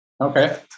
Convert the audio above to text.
okay